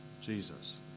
Jesus